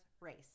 race